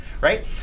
Right